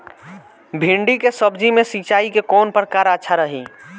भिंडी के सब्जी मे सिचाई के कौन प्रकार अच्छा रही?